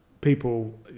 people